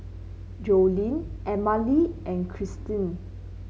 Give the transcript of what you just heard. Joline Emmalee and Krystin